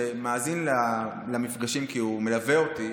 שמאזין למפגשים כי הוא מלווה אותי,